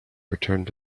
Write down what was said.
returned